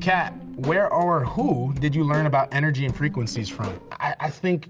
kat, where or who did you learn about energy and frequencies from? i think